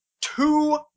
two